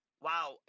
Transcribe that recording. wow